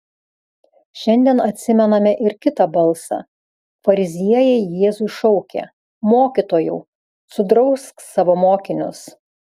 šiandien atsimename ir kitą balsą fariziejai jėzui šaukė mokytojau sudrausk savo mokinius